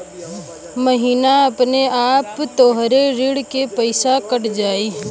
महीना अपने आपे तोहरे ऋण के पइसा कट जाई